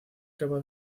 capaz